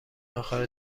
اخر